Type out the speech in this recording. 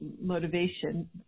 motivation